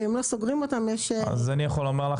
ואם הם לא סוגרים אותם יש --- אני יכול לומר לך